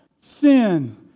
sin